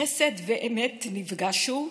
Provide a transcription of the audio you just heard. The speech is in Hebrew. "חסד ואמת נפגשו,